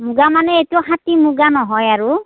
মুগা মানে এইটো খাটি মুগা নহয় আৰু